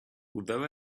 although